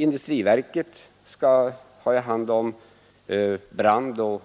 Industriverket har hand om brandfarliga och